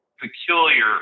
peculiar